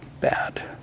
bad